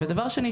דבר שני,